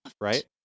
Right